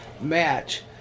match